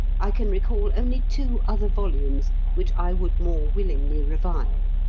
i can recall only two other volumes which i would more willingly revile.